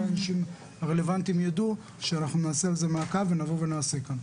כל האנשים הרלוונטיים ידעו שאנחנו נעשה על זה מעקב ונבוא ונעשה כאן.